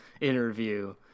interview